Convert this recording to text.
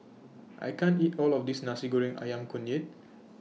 I can't eat All of This Nasi Goreng Ayam Kunyit